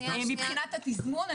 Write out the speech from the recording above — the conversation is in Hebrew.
מבחינת התזמון,